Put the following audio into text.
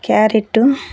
carrot